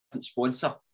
sponsor